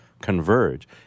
Converge